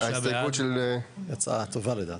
היא הצעה טובה לדעתי.